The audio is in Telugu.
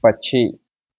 పక్షి